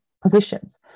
positions